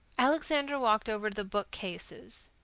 alexander walked over to the bookcases.